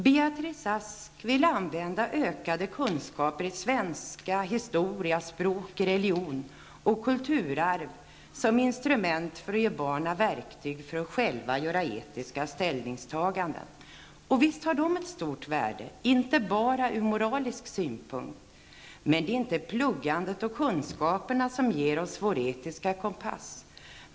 Beatrice Ask vill använda ökade kunskaper i svenska, historia, språk, religion och kulturarv som instrument för att ge barnen verktyg för att själva göra etiska ställningstaganden. Och visst har de ett stort värde, inte bara ur moralisk synpunkt. Men det är inte pluggandet och kunskaperna som ger oss vår etiska kompass.